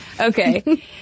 Okay